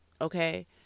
Okay